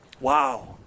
Wow